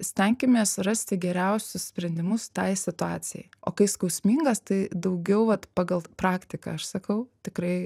stenkimės surasti geriausius sprendimus tai situacijai o kai skausmingas tai daugiau vat pagal praktiką aš sakau tikrai